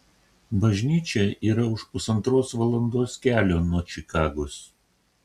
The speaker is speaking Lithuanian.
bažnyčia yra už pusantros valandos kelio nuo čikagos